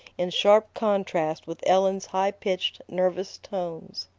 in sharp contrast with ellen's high-pitched, nervous tones.